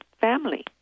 family